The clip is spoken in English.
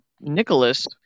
Nicholas